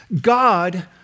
God